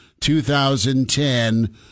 2010